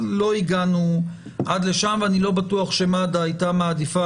אבל לא הגענו עד לשם ואני לא בטוח שמד"א הייתה מעדיפה